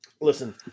Listen